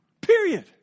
Period